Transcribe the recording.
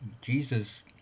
Jesus